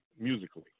musically